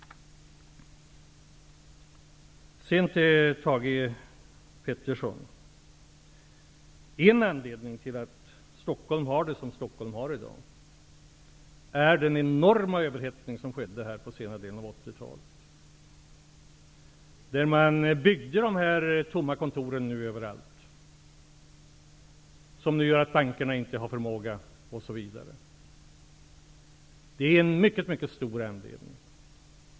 Sedan vill jag säga till Thage Peterson att en anledning till den situation som råder i Stockholm i dag är den enorma överhettning som skedde här under den senare delen av 80-talet. Man byggde överallt dessa tomma kontor, som nu gör att bankerna inte har förmåga att klara det hela, osv. Det är en mycket viktig anledning.